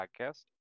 podcast